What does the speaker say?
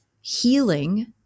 Healing